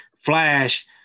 Flash